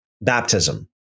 baptism